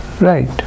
right